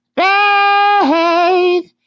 faith